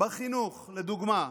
בחינוך, לדוגמה,